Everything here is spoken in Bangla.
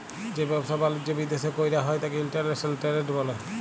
যে ব্যাবসা বালিজ্য বিদ্যাশে কইরা হ্যয় ত্যাকে ইন্টরন্যাশনাল টেরেড ব্যলে